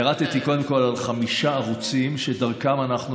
פירטתי קודם כול על חמישה ערוצים שדרכם אנחנו